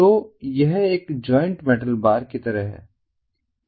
तो यह एक जॉइंट मेटल बार की तरह है